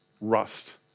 rust